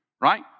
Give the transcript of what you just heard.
right